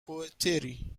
poetry